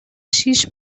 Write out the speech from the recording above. شیش